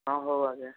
ହଁ ହଉ ଆଜ୍ଞା